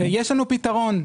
יש לנו פתרון.